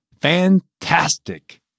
Fantastic